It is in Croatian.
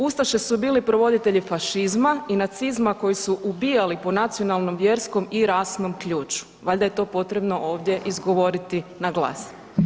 Ustaše su bili provoditelji fašizma i nacizma koji su ubijali po nacionalnom, vjerskom i rasnom ključu, valjda je to potrebno ovdje izgovoriti naglas.